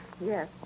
Yes